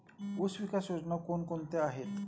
ऊसविकास योजना कोण कोणत्या आहेत?